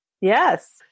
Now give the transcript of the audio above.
Yes